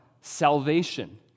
salvation